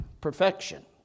perfection